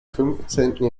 fünfzehnten